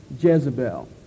Jezebel